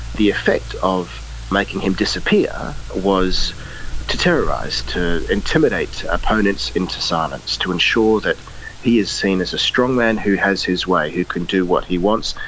the effect of making him disappear was to terrorise, to intimidate opponents into silence, to ensure that he is seen as a strong man who has his way, who can do what he wants,